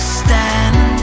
stand